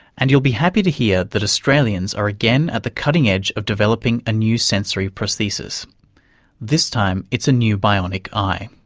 and you'll be happy to hear that australians are again at the cutting edge of developing a new sensory prosthesis this time, it's a new bionic eye.